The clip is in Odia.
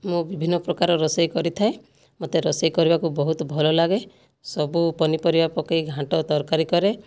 ମୁଁ ବିଭିନ୍ନ ପ୍ରକାର ରୋଷେଇ କରିଥାଏ ମୋତେ ରୋଷେଇ କରିବାକୁ ବହୁତ ଭଲଲାଗେ ସବୁ ପନିପରିବା ପକାଇକି ଘାଣ୍ଟ ତରକାରୀ କରେ